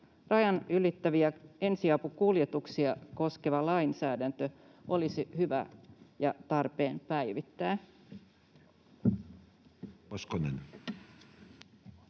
Rajat ylittäviä ensiapukuljetuksia koskeva lainsäädäntö olisi hyvä ja tarpeen päivittää.